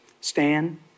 Stan